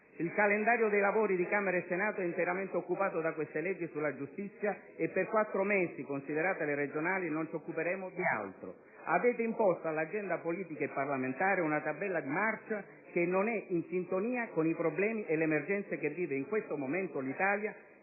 Il calendario dei lavori di Camera e Senato è interamente occupato da queste leggi sulla giustizia e per quattro mesi, considerate le regionali, non ci occuperemo di altro. Avete imposto all'agenda politica e parlamentare una tabella di marcia che non è in sintonia con i problemi e le emergenze che vive in questo momento l'Italia